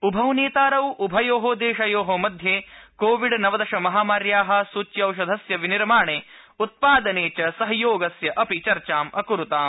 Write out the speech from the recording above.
उभौ नेतारौ उभयोः देशयोः मध्ये कोविड नवदशमहामार्याः सूच्यौषधस्य विनिर्माणे उत्पादने च सहयोगस्य अपि चर्चाम् अकुरुताम्